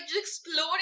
exploding